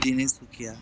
Tinsukia